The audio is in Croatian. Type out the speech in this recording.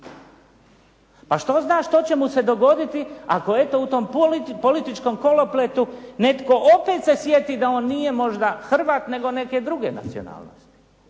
Pa što zna što će mu se dogoditi ako eto u tom političkom kolopletu netko opet se sjeti da on nije možda Hrvat nego neke druge nacionalnosti?